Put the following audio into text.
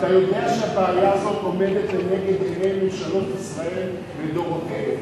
אתה יודע שהבעיה הזאת עומדת לנגד עיני ממשלות ישראל לדורותיהן,